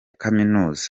kaminuza